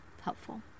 helpful